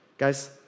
Guys